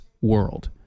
world